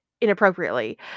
inappropriately